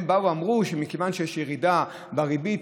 הם באו ואמרו מכיוון שיש ירידה בריבית,